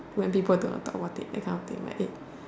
when people don't want to talk about it that kind of thing like it